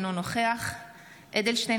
אינו נוכח יולי יואל אדלשטיין,